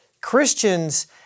Christians